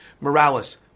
Morales